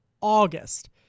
August